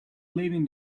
leaving